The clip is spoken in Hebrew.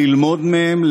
ללמוד מהן,